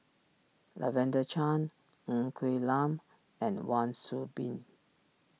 Lavender Chang Ng Quee Lam and Wan Soon Bee